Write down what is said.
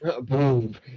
boom